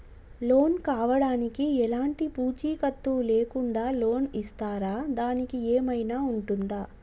Loan కావడానికి ఎలాంటి పూచీకత్తు లేకుండా లోన్ ఇస్తారా దానికి ఏమైనా ఉంటుందా?